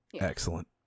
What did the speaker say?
Excellent